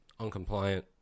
uncompliant